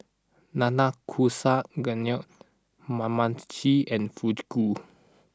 Nanakusa Gayu Kamameshi and Fugu